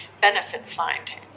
benefit-finding